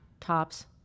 tops